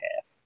half